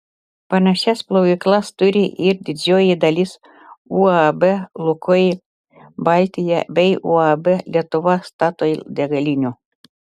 panašias plovyklas turi ir didžioji dalis uab lukoil baltija bei uab lietuva statoil degalinių